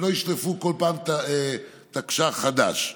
ולא ישלפו כל פעם תקש"ח חדש.